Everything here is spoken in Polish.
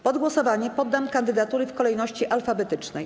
Pod głosowanie poddam kandydatury w kolejności alfabetycznej.